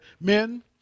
men